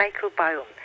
microbiome